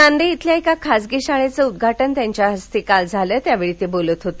नांदे श्वेल्या एका खासगी शाळेचं उद्घाटन त्यांच्या हस्ते काल झालं त्यावेळी ते बोलत होते